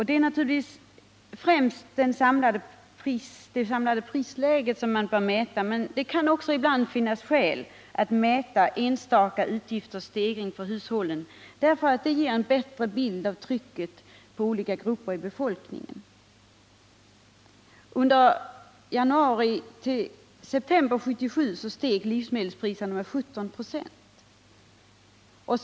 Det är naturligtvis främst det samlade prisläget som man bör mäta, men det kan också finnas skäl att mäta enstaka utgifters stegring för hushållen, därför att det ger en bättre bild av trycket på olika grupper i befolkningen. Under januari-september 1977 steg livsmedelspriserna med 17 96.